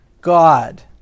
God